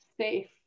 safe